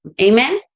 amen